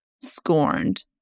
scorned